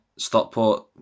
Stockport